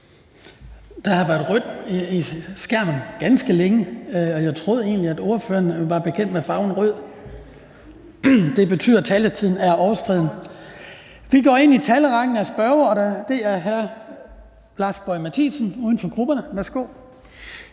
Der har været rødt på skærmen ganske længe, og jeg troede egentlig, at ordføreren var bekendt med farven rød. Det betyder, at taletiden er overskredet. Vi går i gang med rækken af korte bemærkninger. Det er hr. Lars Boje Mathiesen, uden for grupperne. Værsgo.